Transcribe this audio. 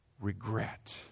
regret